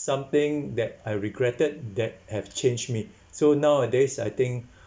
something that I regretted that have changed me so nowadays I think